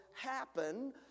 happen